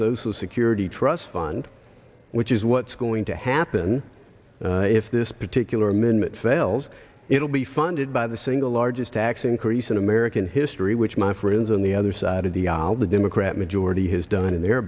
social security trust fund which is what's going to happen if this protect killer amendment fails it'll be funded by the single largest tax increase in american history which my friends on the other side of the aisle the democrat majority has done in their